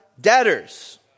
debtors